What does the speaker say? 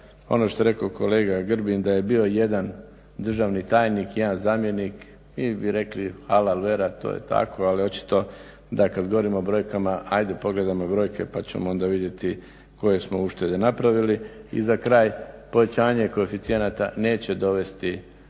Ono što je rekao kolega Grbin da je bio jedan državni tajnik i jedan zamjenik. Mi bi rekli alal vera to je tako, ali očito da kad govorimo o brojkama ajde pogledajmo brojke pa ćemo onda vidjeti koje smo uštede napravili. I za kraj, povećanje koeficijenata neće dovesti